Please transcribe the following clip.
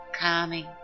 calming